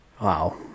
Wow